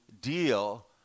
deal